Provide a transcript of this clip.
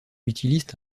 utilisent